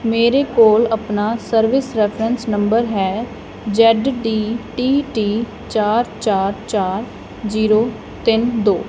ਮੇਰੇ ਕੋਲ ਆਪਣਾ ਸਰਵਿਸ ਰੈਫਰੈਂਸ ਨੰਬਰ ਹੈ ਜ਼ੈੱਡ ਡੀ ਟੀ ਟੀ ਚਾਰ ਚਾਰ ਚਾਰ ਜੀਰੋ ਤਿੰਨ ਦੋ